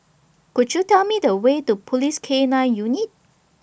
Could YOU Tell Me The Way to Police K nine Unit